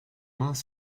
mains